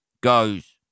goes